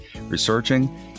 researching